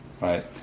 right